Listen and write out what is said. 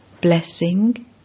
Blessing